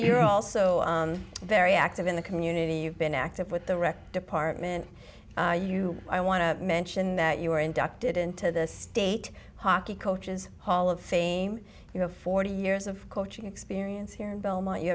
you're also very active in the community you've been active with the rec department you i want to mention that you were inducted into the state hockey coaches hall of fame you know forty years of coaching experience here in belmont you